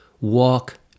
walk